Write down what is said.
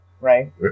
Right